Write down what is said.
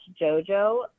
JoJo